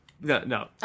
No